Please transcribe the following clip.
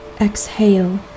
Exhale